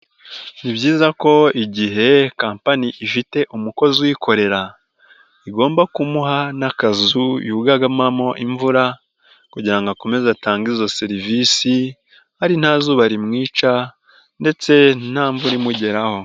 Ni byiza ko igihe CAmpany ifite umukozi uyikorera igomba kumuha n'akazu yugamamo imvura kugira ngo akomeze atange izo serivisi nta zuba rimwica ndetse nta mvura imugeraho.